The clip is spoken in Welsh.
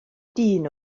dyn